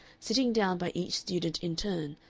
sitting down by each student in turn,